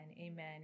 Amen